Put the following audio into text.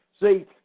See